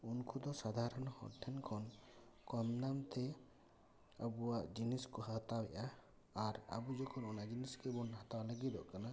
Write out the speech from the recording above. ᱩᱱᱠᱩ ᱫᱚ ᱥᱟᱫᱷᱟᱨᱚᱱ ᱦᱚᱲ ᱴᱷᱮᱱ ᱠᱷᱚᱱ ᱠᱚᱢ ᱫᱟᱢ ᱛᱮ ᱟᱵᱚᱣᱟᱜ ᱡᱤᱱᱤᱥ ᱠᱚ ᱦᱟᱟᱣ ᱮᱫᱟ ᱟᱨ ᱟᱵᱚ ᱡᱚᱠᱷᱚᱱ ᱚᱱᱟ ᱡᱤᱱᱤᱥ ᱜᱮᱵᱚᱱ ᱦᱟᱛᱟᱣ ᱞᱟᱹᱜᱤᱫᱚᱜ ᱠᱟᱱᱟ